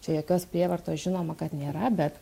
jokios prievartos žinoma kad nėra bet